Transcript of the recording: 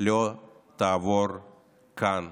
לא תעבור כאן,